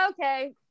okay